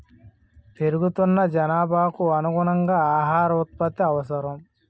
పెరుగుతున్న జనాభాకు అనుగుణంగా ఆహార ఉత్పత్తి అవసరం